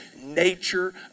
nature